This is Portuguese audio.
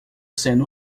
sendo